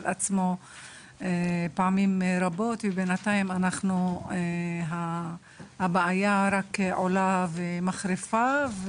עצמו פעמים רבות ובינתיים הבעיה רק מעמיקה ומחריפה.